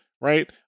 right